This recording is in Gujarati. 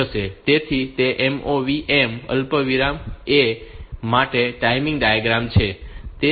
તેથી તે MOV M અલ્પવિરામ A માટે ટાઇમિંગ ડાયાગ્રામ છે